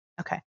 Okay